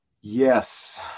Yes